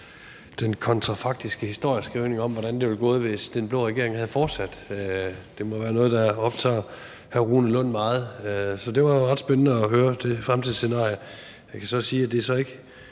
den kontrafaktiske historieskrivning om, hvordan det var gået, hvis den blå regering havde fortsat. Det må være noget, der optager hr. Rune Lund meget, og det var ret spændende at høre det fremtidsscenarie. Jeg kan så sige, at det, hr.